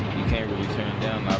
you can't really turn down